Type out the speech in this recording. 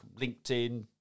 LinkedIn